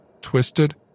Twisted